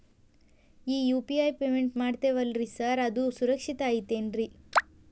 ಈ UPI payment ಮಾಡ್ತೇವಿ ಅಲ್ರಿ ಸಾರ್ ಅದು ಸುರಕ್ಷಿತ್ ಐತ್ ಏನ್ರಿ?